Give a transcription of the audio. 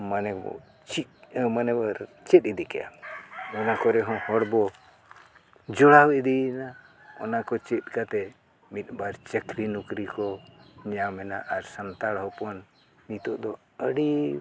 ᱢᱟᱱᱮ ᱵᱚ ᱪᱮᱫ ᱢᱟᱱᱮ ᱵᱚ ᱪᱮᱫ ᱤᱫᱤ ᱠᱮᱫᱟ ᱚᱱᱟ ᱠᱚᱨᱮ ᱦᱚᱸ ᱦᱚᱲ ᱵᱚ ᱡᱚᱲᱟᱣ ᱤᱫᱤᱭᱮᱱᱟ ᱚᱱᱟ ᱠᱚ ᱪᱮᱫ ᱠᱟᱛᱮ ᱢᱤᱫ ᱵᱟᱨ ᱪᱟᱹᱠᱨᱤ ᱱᱚᱠᱨᱤ ᱠᱚ ᱧᱟᱢᱮᱱᱟ ᱟᱨ ᱥᱟᱱᱛᱟᱲ ᱦᱚᱯᱚᱱ ᱱᱤᱛᱚᱜ ᱫᱚ ᱟᱹᱰᱤ